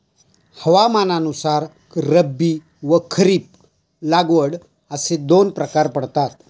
हवामानानुसार रब्बी व खरीप लागवड असे दोन प्रकार पडतात